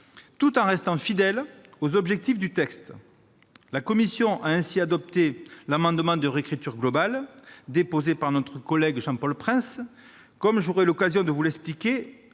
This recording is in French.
tout en restant fidèle aux objectifs du texte. La commission a ainsi adopté l'amendement de réécriture globale déposé par notre collègue Jean-Paul Prince, comme j'aurai l'occasion de vous l'expliquer